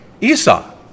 Esau